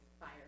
Fire